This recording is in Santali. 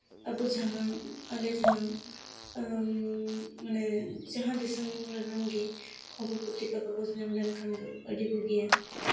ᱟᱵᱚ ᱡᱟᱦᱟᱸ ᱟᱞᱮ ᱡᱟᱦᱟᱸ ᱢᱟᱱᱮ ᱡᱟᱦᱟᱸ ᱫᱤᱥᱚᱢ ᱨᱮᱱᱟᱜ ᱜᱮ ᱠᱷᱚᱵᱚᱨ ᱯᱚᱛᱨᱤᱠᱟ ᱠᱟᱜᱚᱡᱽ ᱧᱟᱢ ᱞᱮᱱᱠᱷᱟᱱ ᱫᱚ ᱟᱹᱰᱤ ᱵᱩᱜᱤᱭᱟ